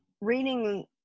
reading